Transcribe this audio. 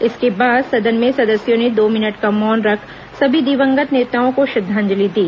इसके बाद सदन में सदस्यों ने दो मिनट का मौन रख सभी दिवंगत नेताओं को श्रद्वांजलि दी